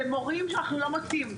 ומורים שאנחנו לא מוצאים.